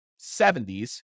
70s